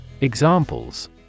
Examples